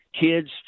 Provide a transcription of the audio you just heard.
kids